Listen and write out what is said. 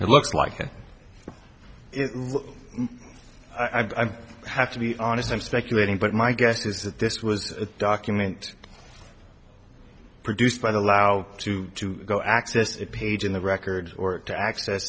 it looks like and i don't have to be honest i'm speculating but my guess is that this was a document produced by the lao to go access it page in the records or to access